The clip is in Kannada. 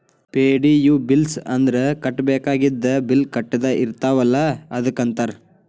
ಪೆ.ಡಿ.ಯು ಬಿಲ್ಸ್ ಅಂದ್ರ ಕಟ್ಟಬೇಕಾಗಿದ್ದ ಬಿಲ್ ಕಟ್ಟದ ಇರ್ತಾವಲ ಅದಕ್ಕ ಅಂತಾರ